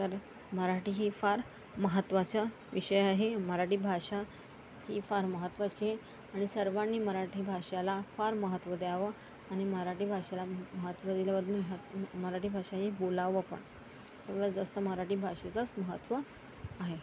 तर मराठी ही फार महत्त्वाचा विषय आहे मराठी भाषा ही फार महत्त्वाची आहे आणि सर्वांनी मराठी भाषेला फार महत्त्व द्यावं आणि मराठी भाषेला मह महत्त्व दिल्यावरती म्हं मराठी भाषा ही बोलावं पण सर्वांत जास्त मराठी भाषेचास महत्त्व आहे